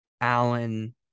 Allen